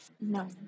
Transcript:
No